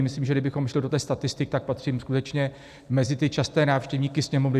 Myslím, že kdybychom šli do statistik, tak patřím skutečně mezi časté návštěvníky Sněmovny.